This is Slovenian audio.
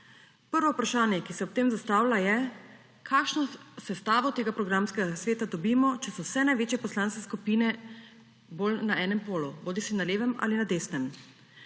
Prvo vprašanje, ki se ob tem zastavlja, je, kakšno sestavo tega programskega sveta dobimo, če so vse največje poslanske skupine bolj na enem polu, bodisi na levem ali desnem.